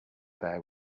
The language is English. there